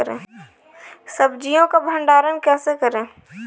सब्जियों का भंडारण कैसे करें?